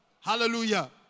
Hallelujah